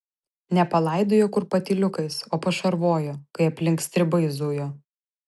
ne palaidojo kur patyliukais o pašarvojo kai aplink stribai zujo